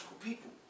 people